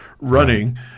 running